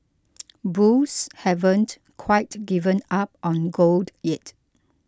bulls haven't quite given up on gold yet